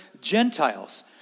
Gentiles